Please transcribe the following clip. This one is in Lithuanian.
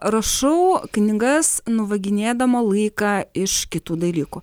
rašau knygas nuvaginėdama laiką iš kitų dalykų